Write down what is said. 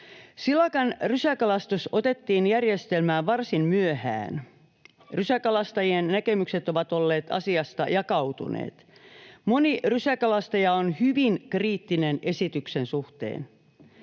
Silakan rysäkalastus otettiin järjestelmään varsin myöhään. Rysäkalastajien näkemykset ovat olleet asiasta jakautuneet. Moni rysäkalastaja on hyvin kriittinen esityksen suhteen.